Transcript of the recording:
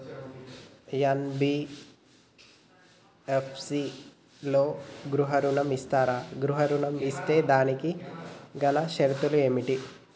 NBFC లలో గృహ ఋణం ఇస్తరా? గృహ ఋణం ఇస్తే దానికి గల షరతులు ఏమిటి?